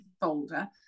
folder